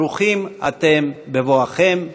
ברוכים אתם בבואכם.